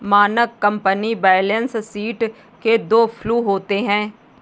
मानक company balance sheet के दो फ्लू होते हैं